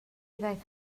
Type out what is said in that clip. ddaeth